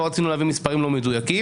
לא רצינו להביא מספרים לא מדויקים.